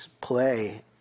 play